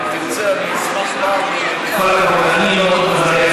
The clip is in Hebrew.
אם תרצה, אשמח, יפה מאוד.